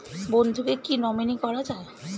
বন্ধুকে কী নমিনি করা যায়?